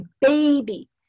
baby